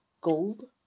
gold